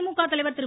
திமுக தலைவர் திரு